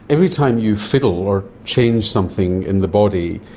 every time you fiddle or change something in the body,